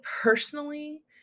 personally